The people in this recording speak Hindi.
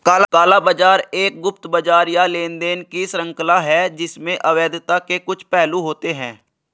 काला बाजार एक गुप्त बाजार या लेनदेन की श्रृंखला है जिसमें अवैधता के कुछ पहलू होते हैं